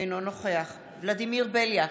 אינו נוכח ולדימיר בליאק,